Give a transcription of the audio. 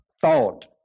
thought